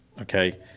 Okay